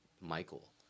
Michael